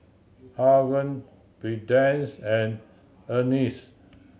Haven Prudence and Ernie